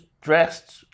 dressed